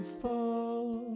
fall